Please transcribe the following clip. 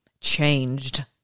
changed